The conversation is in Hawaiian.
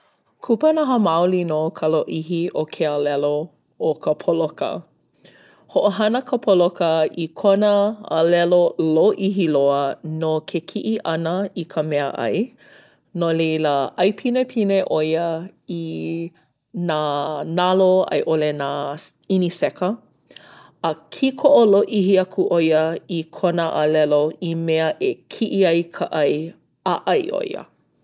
Kupanaha maoli nō ka lōʻihi o ke alelo o ka poloka. Hoʻohana ka poloka i kona alelo lōʻihi loa no ke kiʻi ʻana i ka meaʻai. No laila, ʻai pinepine ʻo ia i nā nalo, a i ʻole nā ʻiniseka. A kīkoʻo lōʻihi aku ʻo ia i kona alelo i mea e kiʻi ai ka ʻai, a ʻai ʻo ia.